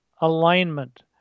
alignment